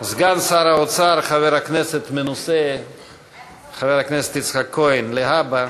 סגן שר האוצר חבר הכנסת המנוסה יצחק כהן, להבא,